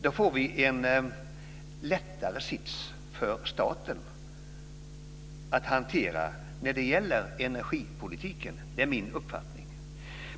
Då får staten en lättare sits när det gäller att hantera energipolitiken. Det är min uppfattning.